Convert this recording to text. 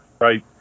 right